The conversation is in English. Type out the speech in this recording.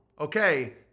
Okay